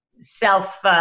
self